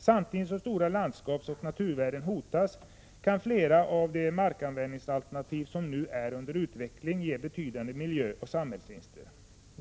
Samtidigt som stora landskapsoch naturvärden hotas kan flera av de markanvändningsalternativ som nu är under utveckling ge betydande miljöoch samhällsvinster.